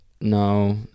No